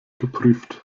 geprüft